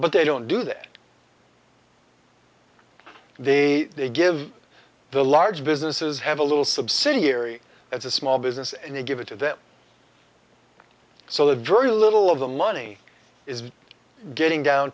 but they don't do that they they give the large businesses have a little subsidiary that's a small business and they give it to them so the very little of the money is getting down